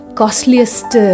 costliest